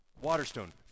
Waterstone